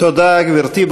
תודה, גברתי.